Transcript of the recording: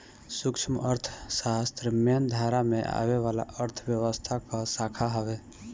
सूक्ष्म अर्थशास्त्र मेन धारा में आवे वाला अर्थव्यवस्था कअ शाखा हवे